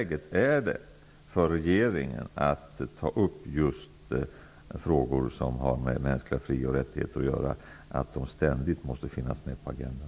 Det är så angeläget för regeringen att ta upp just frågor som har med mänskliga fri och rättigheter att göra att dessa frågor ständigt måste finnas med på agendan.